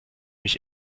mich